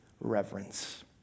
reverence